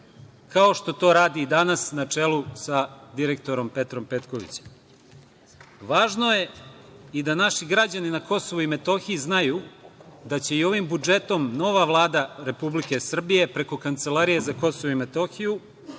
kao što to radi i danas, na čelu sa direktorom Petrom Petkovićem. Važno je i da naši građani na KiM znaju da će i ovim budžetom nova Vlada Republike Srbije, preko Kancelarije za KiM nastaviti